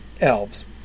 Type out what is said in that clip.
elves